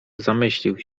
zamyślił